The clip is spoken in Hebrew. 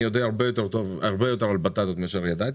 אני יודע הרבה יותר על בטטות מאשר ידעתי,